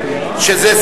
שזה סעיף 27,